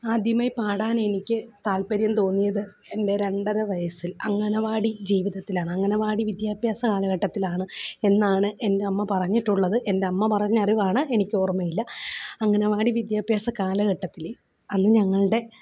ആദ്യമായ് പാടാനെനിക്ക് താല്പര്യം തോന്നിയത് എൻ്റെ രണ്ടര വയസ്സിൽ അംഗനവാടി ജീവിതത്തിലാണ് അംഗനവാടി വിദ്യാഭ്യാസ കാലഘട്ടത്തിലാണ് എന്നാണ് എന്റെയമ്മ പറഞ്ഞിട്ടുള്ളത് എന്റെയമ്മ പറഞ്ഞ അറിവാണ് എനിക്കോർമ്മയില്ല അംഗനവാടി വിദ്യാഭ്യാസ കാലഘട്ടത്തിൽ അന്ന് ഞങ്ങളുടെ